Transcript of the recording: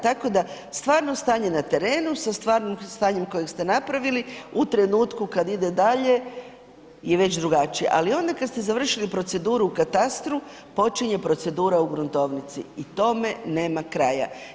Tako da stvarno stanje na terenu sa stvarnim stanjem kojeg ste napravili u trenutku kad ide dalje je već drugačije, ali kad ste završili proceduru u katastru, počinje procedura u gruntovnici i tome nema kraja.